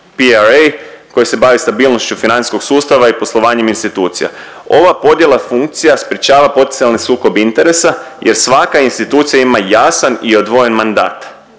PRA koja se bavi stabilnošću financijskog sustava i poslovanjem institucija. Ova podjela funkcija sprječava potencijalni sukob interesa jer svaka institucija ima jasan i odvojen mandat.